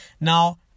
Now